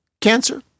cancer